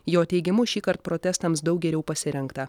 jo teigimu šįkart protestams daug geriau pasirengta